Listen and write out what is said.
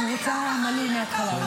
אני רוצה מלא מהתחלה.